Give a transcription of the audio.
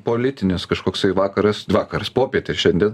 politinis kažkoksai vakaras vakaras popietė šiandien